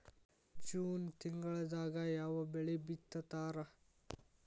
June ತಿಂಗಳದಾಗ ಯಾವ ಬೆಳಿ ಬಿತ್ತತಾರ?